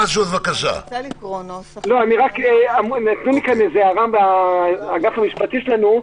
--- נתנו לי כאן הערה מהאגף המשפטי שלנו,